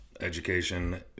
Education